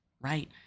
right